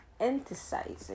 emphasizing